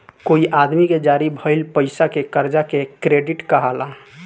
कोई आदमी के जारी भइल पईसा के कर्जा के क्रेडिट कहाला